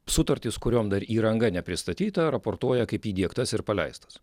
sutartis kuriom dar įranga nepristatyta raportuoja kaip įdiegtas ir paleistas